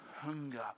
hunger